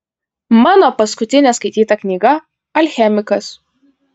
mano paskutinė skaityta knyga alchemikas